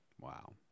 Wow